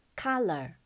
Color